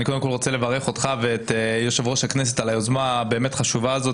אני רוצה לברך אותך ואת יושב ראש הכנסת על היוזמה החשובה הזאת,